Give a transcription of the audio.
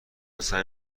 سعی